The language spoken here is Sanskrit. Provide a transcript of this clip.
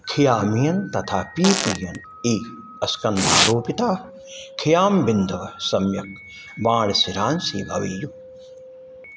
खियामियन् तथा पी पी एन् ई स्कन्धारोपिताः खियाम् बिन्दवः सम्यक् बाणशिरांसि भवेयुः